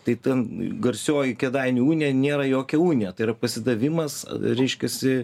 tai ten garsioji kėdainių unija nėra jokia unija tai yra pasidavimas reiškiasi